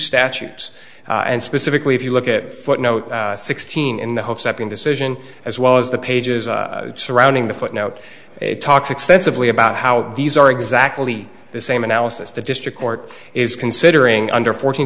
statutes and specifically if you look at footnote sixteen in the hopes up in decision as well as the pages surrounding the footnote it talks extensively about how these are exactly the same analysis the district court is considering under fourteen